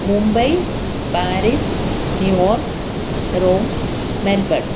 Mumbai Paris New York Rome Melbourne